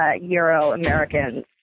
Euro-Americans